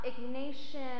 Ignatian